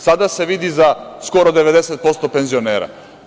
Sada se vidi za skoro 90% penzionera.